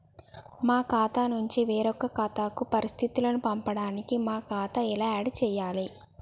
మా ఖాతా నుంచి వేరొక ఖాతాకు పరిస్థితులను పంపడానికి మా ఖాతా ఎలా ఆడ్ చేయాలి?